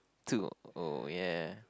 two oh yeah